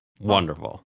Wonderful